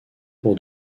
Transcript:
pour